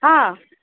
ஆ